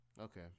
Okay